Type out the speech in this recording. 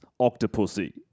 octopussy